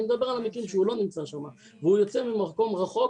אני מדבר על המקרים שהוא לא נמצא שם והוא יוצא ממקום רחוק,